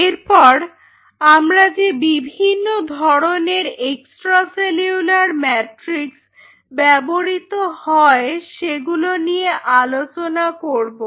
এরপর আমরা যে বিভিন্ন ধরনের এক্সট্রা সেলুলার ম্যাট্রিক্স ব্যবহৃত হয় সেগুলো নিয়ে আলোচনা করব